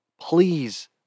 Please